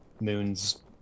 moon's